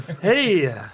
Hey